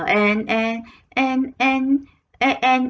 and and and and and and